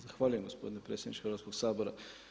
Zahvaljujem gospodine predsjedniče Hrvatskog sabora.